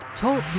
Talk